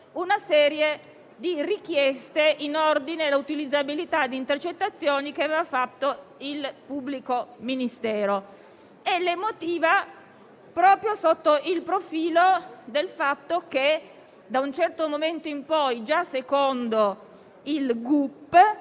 una serie di richieste in ordine all'utilizzabilità di intercettazioni che aveva fatto il pubblico ministero, e la motiva proprio perché, da un certo momento in poi, già secondo il gup,